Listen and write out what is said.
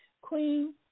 queen